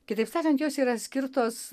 kitaip sakant jos yra skirtos